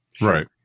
Right